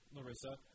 Larissa